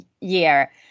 year